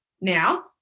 now